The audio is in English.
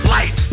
Light